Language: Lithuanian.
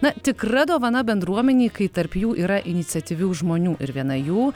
na tikra dovana bendruomenei kai tarp jų yra iniciatyvių žmonių ir viena jų